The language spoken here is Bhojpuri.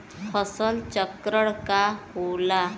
फसल चक्रण का होला?